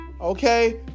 okay